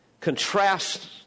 contrasts